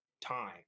time